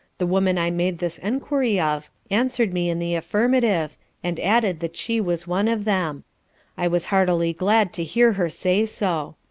the woman i made this enquiry of, answer'd me in the affirmative and added that she was one of them i was heartily glad to hear her say so.